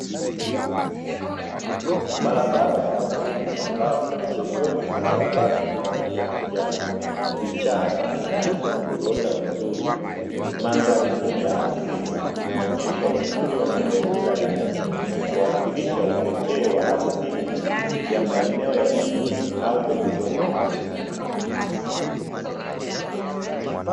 Barabara ya vumbi ambapo pembezoni mwa barabara kuna miti ya kijani, vichaka na nyasi zilizoota vizuri. Mandhari hii ya asili inaonyesha uzuri wa mazingira ya nje, ikiwakilisha upekee wa asili, ya maeneo ya Vijijini au pembezoni mwamji